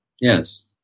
Yes